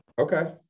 okay